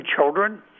children